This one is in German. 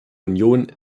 union